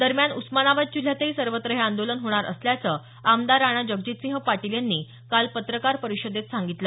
दरम्यान उस्मानाबाद जिल्ह्यातही सर्वत्र हे आंदोलन होणार असल्याचं आमदार राणाजगजितसिंह पाटील यांनी काल पत्रकार परिषदेत सांगितलं